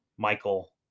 Michael